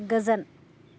गोजोन